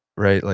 right, like